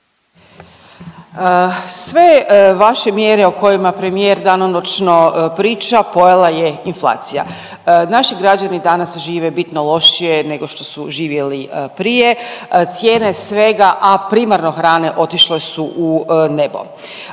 Sve vaše mjere o kojima premijer danonoćno priča pojela je inflacija. Naši građani danas žive vidno lošije nego što su živjeli prije, cijene svega, a primarno hrane otišle su nebo.